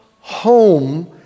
home